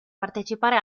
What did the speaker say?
partecipare